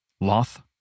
loth